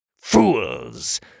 Fools